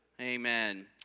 Amen